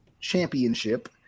Championship